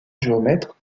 géomètre